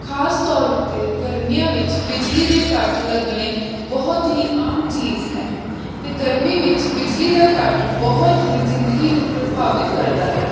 ਖਾਸ ਤੌਰ ਉੱਤੇ ਗਰਮੀਆਂ ਵਿੱਚ ਬਿਜਲੀ ਦੇ ਕੱਟ ਲੱਗਣੇ ਬਹੁਤ ਹੀ ਆਮ ਚੀਜ਼ ਹੈ ਤੇ ਗਰਮੀ ਵਿੱਚ ਬਿਜਲੀ ਦਾ ਕੱਟ ਬਹੁਤ ਹੀ ਜ਼ਿੰਦਗੀ ਨੂੰ ਪ੍ਰਭਾਵਿਤ ਕਰਦਾ ਹੈ